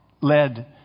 led